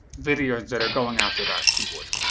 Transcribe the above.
videos that are going after that keyword.